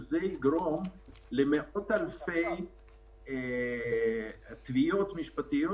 דבר שיגרום למאות אלפי תביעות משפטיות,